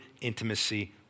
intimacy